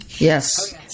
yes